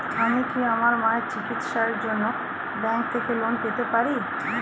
আমি কি আমার মায়ের চিকিত্সায়ের জন্য ব্যঙ্ক থেকে লোন পেতে পারি?